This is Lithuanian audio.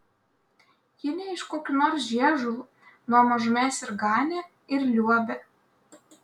ji ne iš kokių nors žiežulų nuo mažumės ir ganė ir liuobė